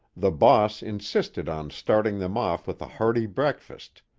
the boss insisted on starting them off with a hearty breakfast,